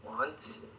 哇很 sian